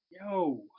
Yo